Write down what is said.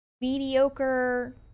mediocre